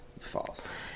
False